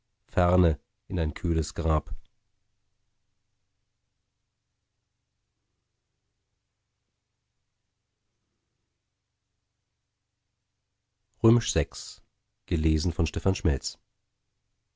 ferne in ein kühles grab